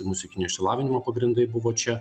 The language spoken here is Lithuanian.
muzikinio išsilavinimo pagrindai buvo čia